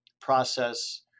process